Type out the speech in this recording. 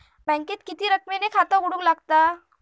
बँकेत किती रक्कम ने खाता उघडूक लागता?